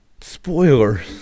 spoiler